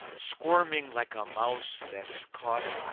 squirming like a mouse that's caught,